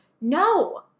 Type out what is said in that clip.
No